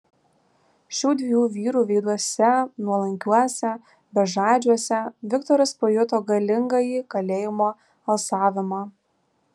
šių dviejų vyrų veiduose nuolankiuose bežadžiuose viktoras pajuto galingąjį kalėjimo alsavimą